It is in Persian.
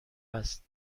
است